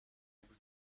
with